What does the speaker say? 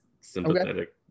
sympathetic